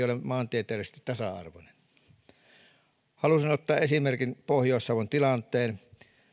ole maantieteellisesti tasa arvoinen haluaisin ottaa esimerkin pohjois savon tilanteen